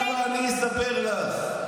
עכשיו אני אספר לך.